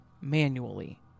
manually